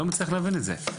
אני לא מצליח להבין את זה.